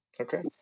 Okay